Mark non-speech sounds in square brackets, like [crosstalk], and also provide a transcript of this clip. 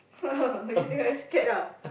oh [laughs] you think I scared ah